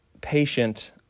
patient